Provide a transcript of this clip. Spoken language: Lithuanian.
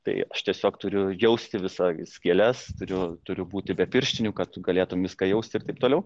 tai aš tiesiog turiu jausti visas gėles turiu turiu būti be pirštinių kad galėtum viską jausti ir taip toliau